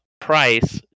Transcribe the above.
price